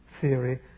theory